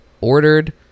Ordered